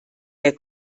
der